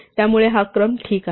त्यामुळे हा क्रम ठीक आहे